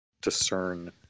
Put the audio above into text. discern